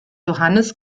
johannes